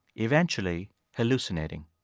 eventually hallucinating.